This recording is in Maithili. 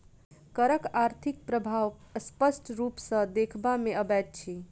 करक आर्थिक प्रभाव स्पष्ट रूप सॅ देखबा मे अबैत अछि